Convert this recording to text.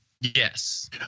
Yes